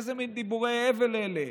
איזה מין דיבורי הבל אלה?